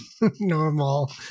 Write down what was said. normal